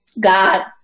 God